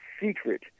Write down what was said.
secret